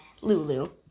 Lulu